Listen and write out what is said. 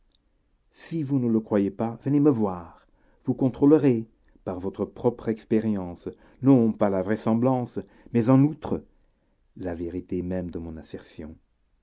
si vous ne le croyez pas venez me voir vous contrôlerez par votre propre expérience non pas la vraisemblance mais en outre la vérité même de mon assertion